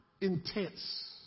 intense